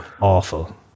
awful